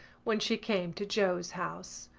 when she came to joe's house.